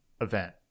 event